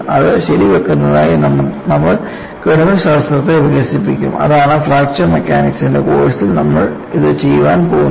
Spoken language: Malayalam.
അത് ശരിവയ്ക്കുന്നതിനായി നമ്മൾ ഗണിതശാസ്ത്രത്തെ വികസിപ്പിക്കും അതാണ് ഫ്രാക്ചർ മെക്കാനിക്സിന്റെ കോഴ്സിൽ നമ്മൾ ചെയ്യാൻ പോകുന്നത്